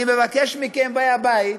אני מבקש מכם, באי הבית,